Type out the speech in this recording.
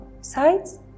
sides